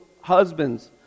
husbands